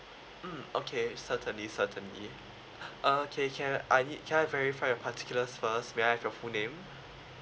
mm okay suddenly suddenly uh K can uh E can I verify your particulars first may I have your full name